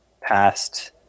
past